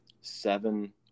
seven